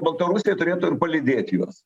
baltarusija turėtų ir palydėt juos